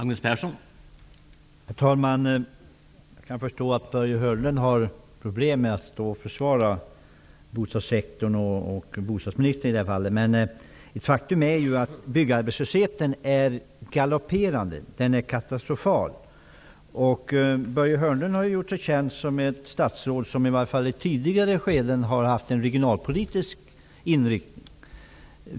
Herr talman! Jag kan förstå att Börje Hörnlund har problem med att försvara åtgärderna inom bostadssektorn, i det här fallet från bostadsministern, men det är ett faktum att byggarbetslösheten är katastrofal och galopperande. Börje Hörnlund har i varje fall i tidigare skeden gjort sig känd som ett statsråd med en regionalpolitisk inriktning.